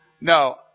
No